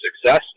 success